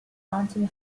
anthony